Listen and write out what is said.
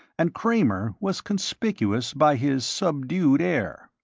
and kramer was conspicuous by his subdued air.